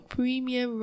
Premium